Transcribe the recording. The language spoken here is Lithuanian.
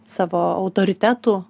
savo autoritetų